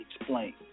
Explain